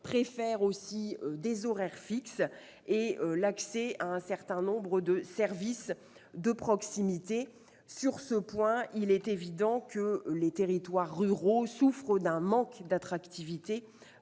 préfèrent des horaires fixes et l'accès à un certain nombre de services de proximité. Sur ce point, il est évident que les territoires ruraux souffrent d'un manque d'attractivité